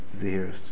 zeros